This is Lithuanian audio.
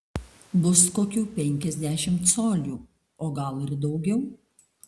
bus kokių penkiasdešimt colių o gal ir daugiau